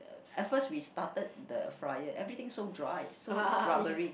at first we started the fryer everything so dry so rubbery